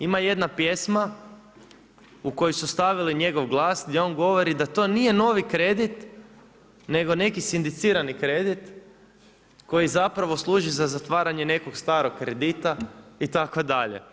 Ima jedna pjesma u kojoj su stavili njegov glas gdje on govori da to nije novi kredit, nego neki sindicirani kredit koji zapravo služi za zatvaranje nekog starog kredita, itd.